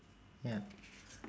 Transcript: ya